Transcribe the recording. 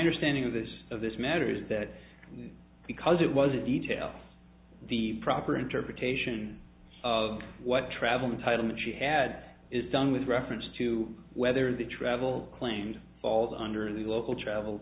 understanding of this of this matter is that because it was a detail the proper interpretation of what traveling title maci had is done with reference to whether the travel claimed falls under the local travel